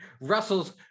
Russell's